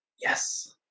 Yes